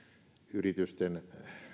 yritysten